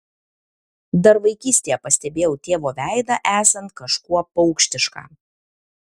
dar vaikystėje pastebėjau tėvo veidą esant kažkuo paukštišką